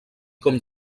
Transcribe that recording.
com